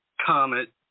comet